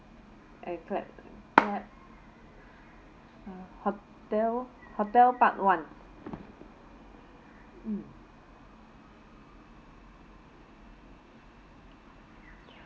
eh clap clap uh hotel hotel part one mm